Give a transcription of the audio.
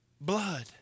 blood